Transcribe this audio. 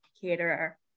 Caterer